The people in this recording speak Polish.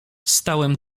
stałem